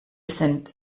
sind